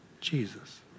Jesus